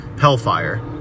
Hellfire